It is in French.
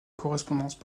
correspondances